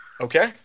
Okay